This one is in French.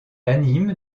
anime